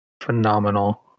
phenomenal